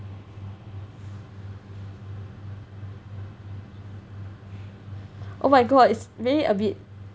oh my god it's really a bit